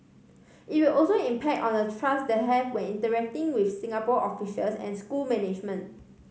it will also impact on the trust they have when interacting with Singapore officials and school management